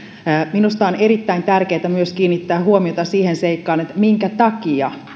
minusta on erittäin tärkeätä myös kiinnittää huomiota siihen seikkaan minkä takia